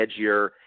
edgier